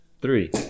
Three